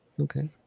Okay